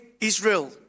Israel